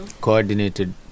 coordinated